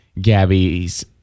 Gabby's